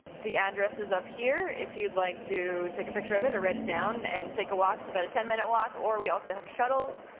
the address is up here, if you'd like to take a picture of it or write it down, and take a walk, it's about a ten minute walk, or we also have shuttles.